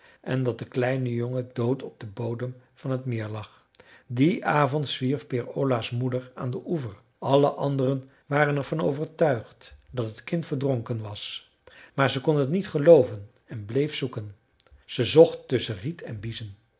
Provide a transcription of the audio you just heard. en dat de kleine jongen dood op den bodem van het meer lag dien avond zwierf peer ola's moeder aan den oever alle anderen waren er van overtuigd dat het kind verdronken was maar ze kon het niet gelooven en bleef zoeken ze zocht tusschen riet en biezen